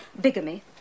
bigamy